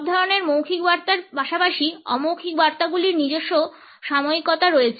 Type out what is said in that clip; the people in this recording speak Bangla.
সব ধরনের মৌখিক বার্তার পাশাপাশি অমৌখিক বার্তাগুলির নিজস্ব সাময়িকতা রয়েছে